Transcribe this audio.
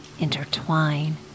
intertwine